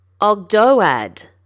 Ogdoad